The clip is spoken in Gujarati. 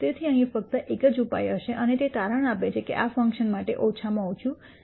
તેથી અહીં ફક્ત એક જ ઉપાય હશે અને તે તારણ આપે છે કે આ ફંકશન માટે ઓછામાં ઓછું છે